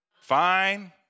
Fine